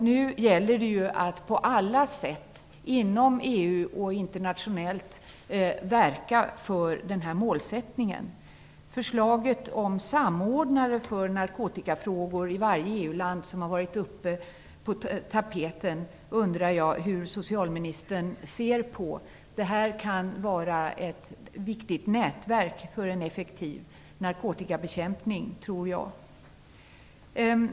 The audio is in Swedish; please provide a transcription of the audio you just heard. Nu gäller det att på alla sätt inom EU och internationellt verka för denna målsättning. Jag undrar hur socialministern ser på förslaget om samordnare för narkotikafrågor i varje EU-land som har varit uppe på tapeten. Detta kan vara ett viktigt nätverk för en effektiv narkotikabekämpning, tror jag.